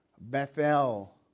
Bethel